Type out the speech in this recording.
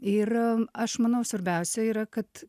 ir am aš manau svarbiausia yra kad